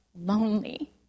lonely